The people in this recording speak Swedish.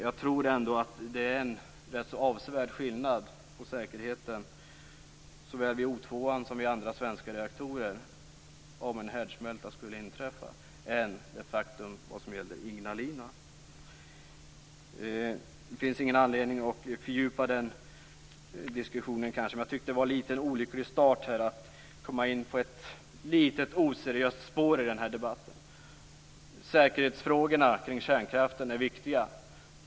Jag tror ändå att det är en rätt så avsevärd skillnad vad gäller säkerheten vid såväl O2:an som vid andra svenska reaktorer om en härdsmälta skulle inträffa jämfört med vad som gäller för Ignalina. Det finns kanske ingen anledning att fördjupa den här diskussionen, men jag tycker att det var en litet olycklig start att komma in på ett något oseriöst spår i den här debatten. Säkerhetsfrågorna kring kärnkraften är viktiga.